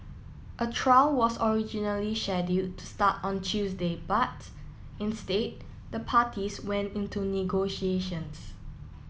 a trial was originally scheduled to start on Tuesday but instead the parties went into negotiations